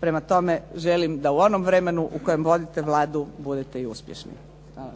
Prema tome, želim da u onom vremenu u kojem vodite Vladu budete uspješni. Hvala.